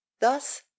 thus